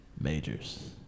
Majors